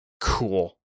cool